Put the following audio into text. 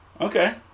Okay